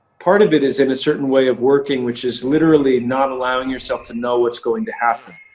part of it is in a certain way of working, which is literally not allowing yourself to know what's going to happen.